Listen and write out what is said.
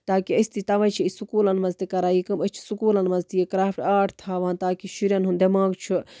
تاکہِ أسۍ تہِ تَوے چھِ أسۍ سکوٗلَن منٛز تہِ کران یہِ کٲم أسۍ چھِ سکوٗلَن منٛز تہِ یہِ کرافٹ آرٹ تھاوان تاکہِ شُرٮ۪ن ہُند دٮ۪ماغ چھُ